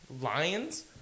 lions